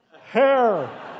Hair